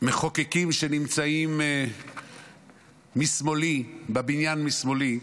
המחוקקים שנמצאים בבניין משמאלי,